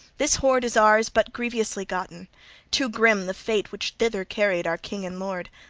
this hoard is ours but grievously gotten too grim the fate which thither carried our king and lord.